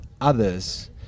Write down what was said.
others